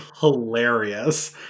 hilarious